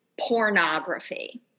pornography